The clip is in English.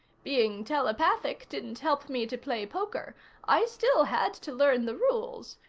being telepathic didn't help me to play poker i still had to learn the rules.